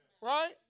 Right